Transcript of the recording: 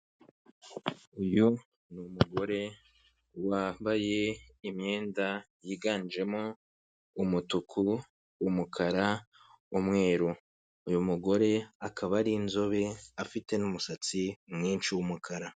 Uyu ni umugore wambaye imyenda yiganjemo umutuku, umukara, umweru. Uyu mugore akaba ari inzobe afite n'umusatsi mwinshi w'umukara.